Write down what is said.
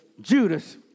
Judas